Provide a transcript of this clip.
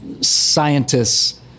scientists